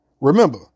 Remember